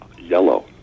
yellow